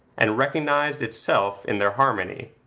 and recognised itself in their harmony,